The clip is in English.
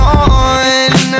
on